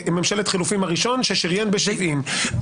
ממשלת חילופין הראשון ששריין ב-70.